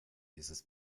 dieses